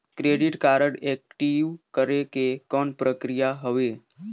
Credit card active करे के कौन प्रक्रिया हवे?